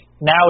now